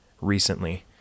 recently